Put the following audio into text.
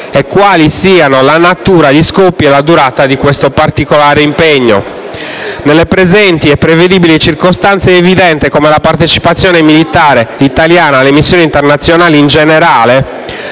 e quale siano la natura, gli scopi e la durata di questo particolare impegno. Nelle presenti e prevedibili circostanze, è evidente come la partecipazione militare italiana alle missioni internazionali in generale,